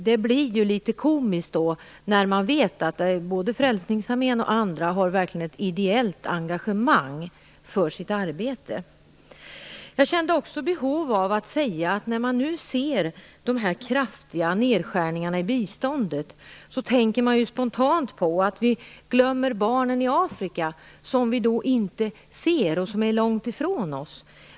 Detta blir litet komiskt när man vet att både Frälsningsarmén och andra verkligen har ett ideellt engagemang för sitt arbete. Jag kände också ett behov av att säga att när man ser de kraftiga nedskärningarna i biståndet tänker man spontant på att vi glömmer barnen i Afrika, som vi inte ser och som är långt ifrån oss.